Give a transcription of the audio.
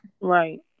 Right